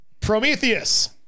Prometheus